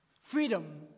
freedom